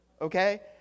okay